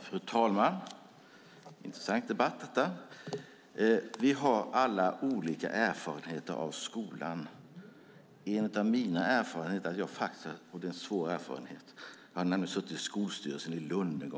Fru talman! Det här är en intressant debatt. Vi har olika erfarenheter av skolan. En av mina erfarenheter - och det är en svår erfarenhet - är att jag en gång i tiden satt i skolstyrelsen i Lund.